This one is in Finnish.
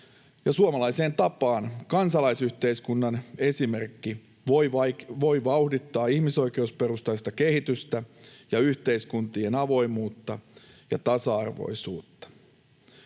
suomalaiseen tapaan kansalaisyhteiskunnan esimerkki voi vauhdittaa ihmisoikeusperustaista kehitystä ja yhteiskuntien avoimuutta ja tasa-arvoisuutta.